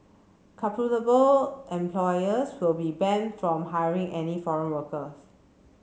culpable employers will be banned from hiring any foreign workers